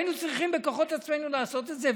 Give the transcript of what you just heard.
היינו צריכים בכוחות עצמנו לעשות את זה.